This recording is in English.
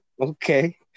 okay